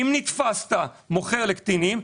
שאם נתפסת מוכר לקטינים,